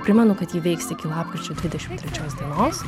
primenu kad ji veiks iki lapkričio dvidešimt trečios dienos